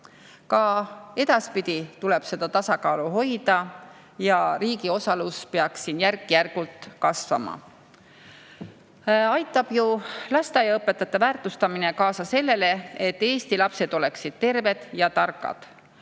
Ka edaspidi tuleb seda tasakaalu hoida ja riigi osalus peaks siin järk-järgult kasvama. Aitab ju lasteaiaõpetajate väärtustamine kaasa sellele, et Eesti lapsed oleksid terved ja targad.